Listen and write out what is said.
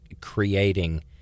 creating